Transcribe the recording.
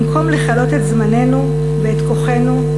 במקום לכלות את זמננו ואת כוחנו,